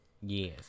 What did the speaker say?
yes